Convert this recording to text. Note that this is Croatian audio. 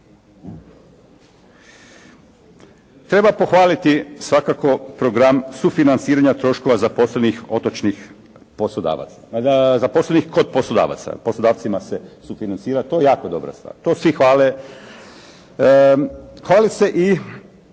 Treba pohvaliti svakako program sufinanciranja troškova zaposlenih otočnih poslodavac, zaposlenih kod poslodavaca. Poslodavcima se sufinancira. To je jako dobra stvar. To svi hvale. Hvali se i